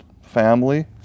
family